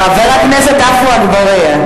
חבר הכנסת עפו אגבאריה.